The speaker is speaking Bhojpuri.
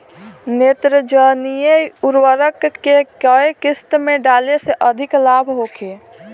नेत्रजनीय उर्वरक के केय किस्त में डाले से अधिक लाभ होखे?